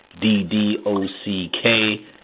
D-D-O-C-K